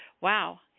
wow